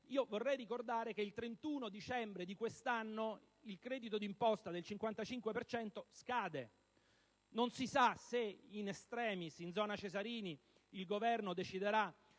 Vorrei ricordare che il 31 dicembre di quest'anno il credito d'imposta del 55 per cento scade: non si sa se, *in extremis*, in «zona Cesarini», il Governo deciderà